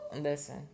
Listen